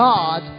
God